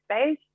space